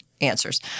answers